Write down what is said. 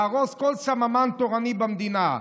להרוס כל סממן תורני במדינה,